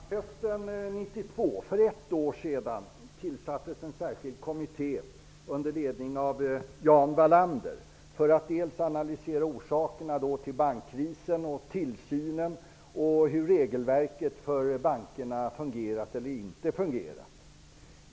Fru talman! För ett år sedan, hösten 1992, tillsattes en särskild kommitté under ledning av Jan Wallander. Denna kommitté skulle analysera orsakerna till bankkrisen, tillsynen och hur regelverket för bankerna hade fungerat resp. inte fungerat.